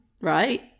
right